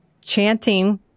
chanting